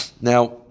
Now